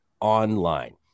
Online